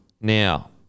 Now